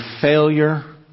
failure